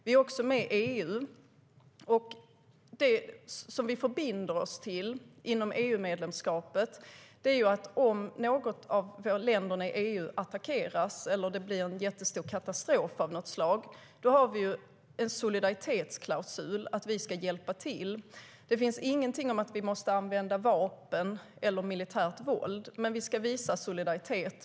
Vi är också med i EU, och det vi förbinder oss till inom EU-medlemskapet är att om något av länderna i EU attackeras eller det blir en jättestor katastrof av något slag där ska vi hjälpa till enligt en solidaritetsklausul. Det finns ingenting om att vi måste använda vapen eller militärt våld, men vi ska visa solidaritet.